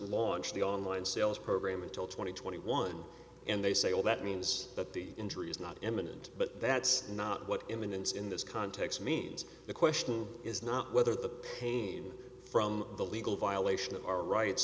launch the online sales program until twenty twenty one and they say well that means that the injury is not eminent but that's not what imminence in this context means the question is not whether the pain from the legal violation of our rights